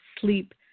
sleep